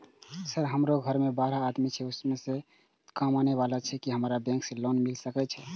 Sir हमरो घर में बारह आदमी छे उसमें एक कमाने वाला छे की हमरा बैंक से लोन मिल सके छे?